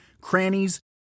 crannies